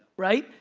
right?